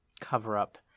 cover-up